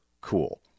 cool